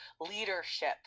leadership